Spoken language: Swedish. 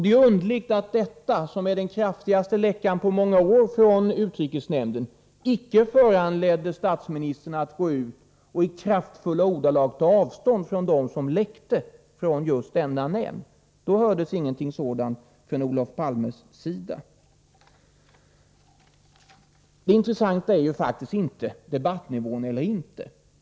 Det är underligt att detta, som va den kraftigaste läckan på många år från utrikesnämnden, icke föranledde statsministern att gå ut och i kraftfulla ordalag ta avstånd från dem som läckte från just detta nämndsammanträde. Det intressanta är faktiskt inte debattnivån.